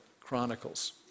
Chronicles